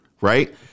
right